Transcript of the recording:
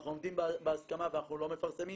ואנחנו עומדים בהסכמה ואנחנו לא מפרסמים.